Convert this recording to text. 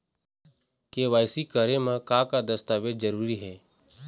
KYC करे म का का दस्तावेज जरूरी हे?